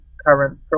current